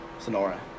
Sonora